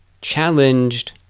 challenged